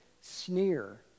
sneer